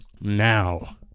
Now